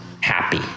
happy